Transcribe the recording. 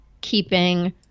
keeping